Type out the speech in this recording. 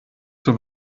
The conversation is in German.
zur